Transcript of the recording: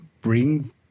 bring